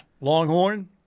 Longhorn